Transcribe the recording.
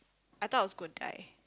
I thought I was going to die